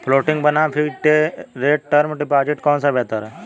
Floating बनाम fixed rate term deposit कौन सा बेहतर है?